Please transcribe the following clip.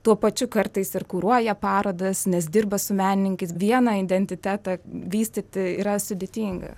tuo pačiu kartais ir kuruoja parodas nes dirba su menininkais vieną identitetą vystyti yra sudėtinga